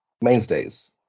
mainstays